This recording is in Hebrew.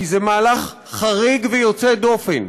כי זה מהלך חריג ויוצא דופן.